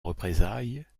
représailles